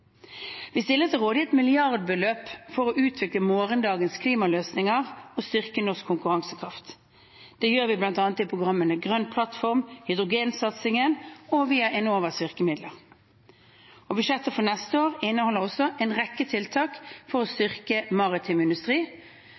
Vi stiller til rådighet milliardbeløp for å utvikle morgendagens klimaløsninger og styrke norsk konkurransekraft. Det gjør vi bl.a. i programmene Grønn plattform og hydrogensatsingen og via Enovas virkemidler. Budsjettet for neste år inneholder også en rekke tiltak for å styrke maritim industri.